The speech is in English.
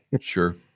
Sure